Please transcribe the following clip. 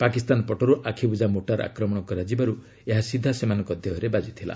ପାକିସ୍ତାନ ପଟର୍ ଆଖିବୃଝା ମୋର୍ଟାର ଆକ୍ରମଣ କରାଯିବାରୁ ଏହା ସିଧା ସେମାନଙ୍କ ଦେହରେ ବାଜିଥିଲା